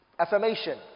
Affirmation